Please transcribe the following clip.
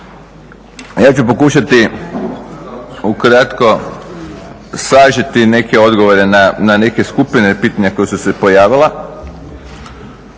Ja ću pokušati ukratko sažeti neke odgovore na neke skupine pitanja koja su se pojavila,